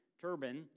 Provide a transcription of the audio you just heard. turban